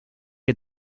que